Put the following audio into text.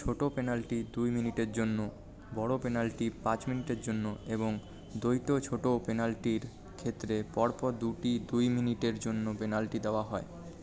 ছোটো পেনাল্টি দুই মিনিটের জন্য বড়ো পেনাল্টি পাঁচ মিনিটের জন্য এবং দ্বৈত ছোটো পেনাল্টির ক্ষেত্রে পরপর দুটি দুই মিনিটের জন্য পেনাল্টি দেওয়া হয়